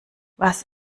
was